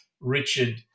Richard